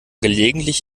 gelegentlich